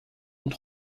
und